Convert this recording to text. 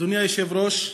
אדוני היושב-ראש,